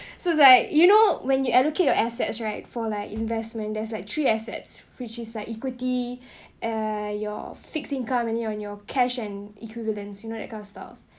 so it's like you know when you educate your asset right for like investment there's like three assets which is like equity uh your fixed-income any on your cash and equivalents you know that kind of stuff